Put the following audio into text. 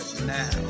now